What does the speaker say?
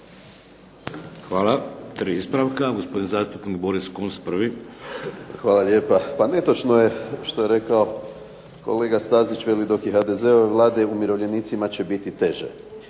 Hvala. Tri ispravka. Gospodin zastupnik Boris Kunst prvi. **Kunst, Boris (HDZ)** Hvala lijepa. Pa netočno je što je rekao kolega Stazić, veli dok je HDZ-ove Vlade umirovljenicima će biti teže.